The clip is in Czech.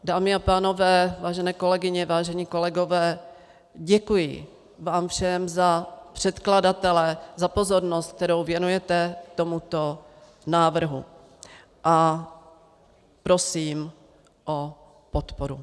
Dámy a pánové, vážené kolegyně, vážení kolegové, děkuji vám všem za předkladatele za pozornost, kterou věnujete tomuto návrhu, a prosím o podporu.